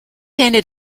ended